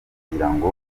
kugirango